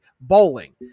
Bowling